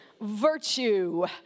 Virtue